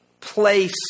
place